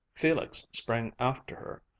felix sprang after her,